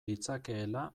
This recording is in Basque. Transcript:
ditzakeela